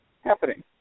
happening